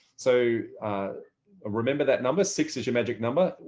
so ah remember that number six is your magic number.